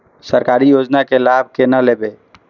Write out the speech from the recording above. सरकारी योजना के लाभ केना लेब?